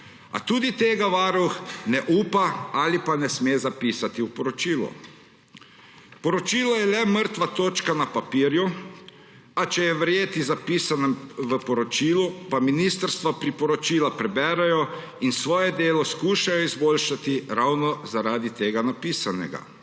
A tudi tega Varuh ne upa ali pa ne sme zapisati v poročilo. Poročilo je le mrtva črka na papirju, a če je verjeti zapisanem v poročilu, ministrstva priporočila preberejo in svoje delo skušajo izboljšati ravno zaradi napisanega.